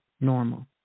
Normal